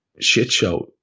shitshow